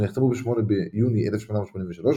שנחתמו ב־8 ביוני 1883,